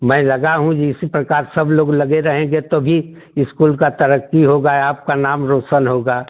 मैं लगा हूँ जी इसी प्रकार सब लोग लगे रहेंगे तभी स्कूल का तरक्की होगा आपका नाम रोशन होगा